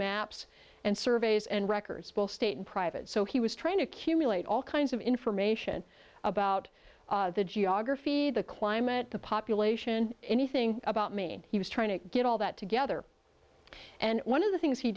maps and surveys and records both state and private so he was trying to accumulate all kinds of information about the geography the climate the population anything about mean he was trying to get all that together and one of the things he